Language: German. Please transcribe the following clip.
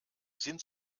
sind